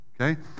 Okay